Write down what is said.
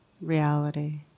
reality